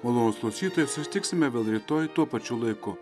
molonūs klausytojai susitiksime vėl rytoj tuo pačiu laiku